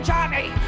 Johnny